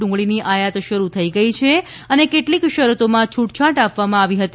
ડુંગળીની આયાત શરૂ થઇ ગઇ છે અને કેટલીક શરતોમાં છૂટછાટ આપવામાં આવી હતી